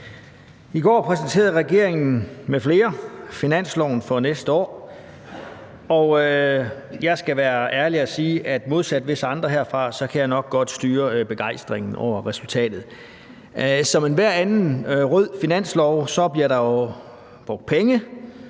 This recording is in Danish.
I går præsenterede regeringen m.fl. finansloven for næste år, og jeg skal være ærlig at sige, at modsat visse andre herinde kan jeg nok godt styre begejstringen over resultatet. Som i enhver anden rød finanslov bliver der jo brugt